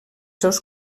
seus